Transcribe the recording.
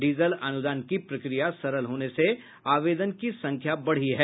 diesel अनुदान की प्रक्रिया सरल होने से आवेदन की संख्या बढ़ी है